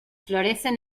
florecen